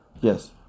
Yes